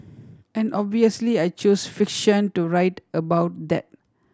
and obviously I choose fiction to write about that